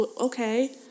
okay